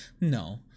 no